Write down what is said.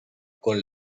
con